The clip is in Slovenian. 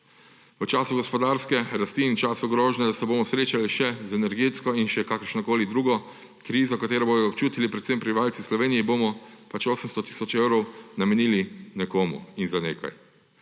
V času gospodarske rasti in času grožnje, da se bomo srečali še z energetsko in še kakršnokoli drugo krizo, katero bojo občutili predvsem prebivalci Slovenije, bomo pač 800 tisoč evrov namenili nekomu in za nekaj;